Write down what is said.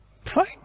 Fine